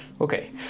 Okay